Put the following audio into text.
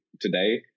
today